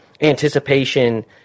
anticipation